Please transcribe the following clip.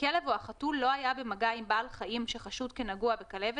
הכלב או החתול לא היה במגע עם בעל חיים שחשוד כנגוע בכלבת